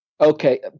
Okay